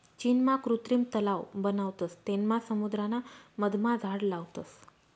चीनमा कृत्रिम तलाव बनावतस तेनमा समुद्राना मधमा झाड लावतस